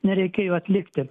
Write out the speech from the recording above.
nereikėjo atlikti